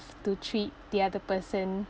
to treat the other person